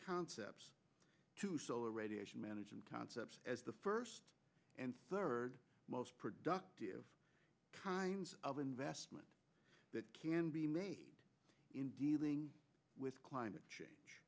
concepts to solar radiation management concepts as the first and third most productive kinds of investment that can be made in dealing with climate